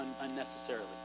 unnecessarily